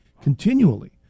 continually